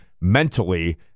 mentally